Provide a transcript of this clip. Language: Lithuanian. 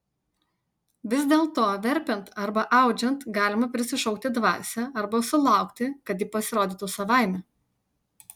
vis dėlto verpiant arba audžiant galima prisišaukti dvasią arba sulaukti kad ji pasirodytų savaime